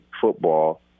football